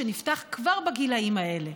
והוא נפתח כבר בגילים האלה,